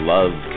Love